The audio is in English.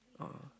ah